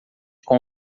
com